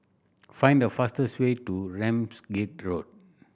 find the fastest way to Ramsgate Road